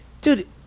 dude